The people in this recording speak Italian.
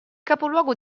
capoluogo